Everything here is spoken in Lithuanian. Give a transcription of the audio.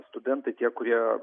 studentai tie kurie